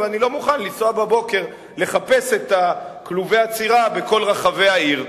אבל אני לא מוכן לנסוע בבוקר לחפש את כלובי האצירה בכל רחבי העיר,